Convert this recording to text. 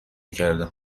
کردم